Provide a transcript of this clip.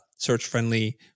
search-friendly